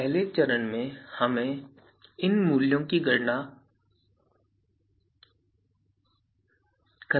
तो पहले चरण में हमें इन मूल्यों की गणना करने की आवश्यकता है